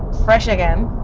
fresh again.